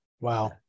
Wow